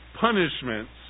punishments